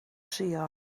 trio